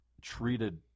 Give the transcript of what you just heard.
treated